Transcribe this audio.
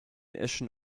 eschen